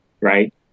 right